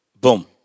Boom